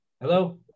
Hello